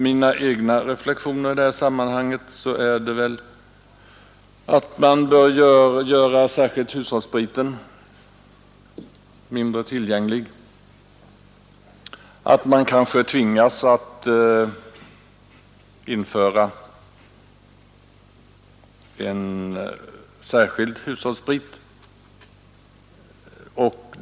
Min egen reflexion i detta sammanhang är att man bör göra särskilt hushållsspriten mera svårtillgänglig. Kanske tvingas man att införa en särskild hushållssprit.